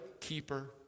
Keeper